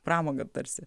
pramogą tarsi